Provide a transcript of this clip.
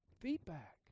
feedback